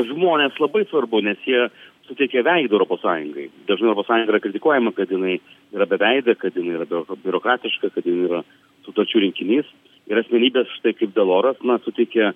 žmonės labai svarbu nes jie suteikia veidą europos sąjungai dažnai europos sąjunga yra kritikuojama kad jinai yra beveidė kad jinai yra biur biurokratiška kad jin yra sutarčių rinkinys yra asmenybės štai kaip deloras na suteikia